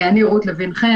אני רות לוין-חן,